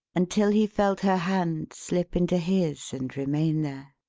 until he felt her hand slip into his and remain there.